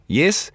yes